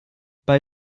bei